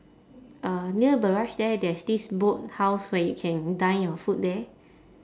uh near barrage there there's this boat house where you can dine your food there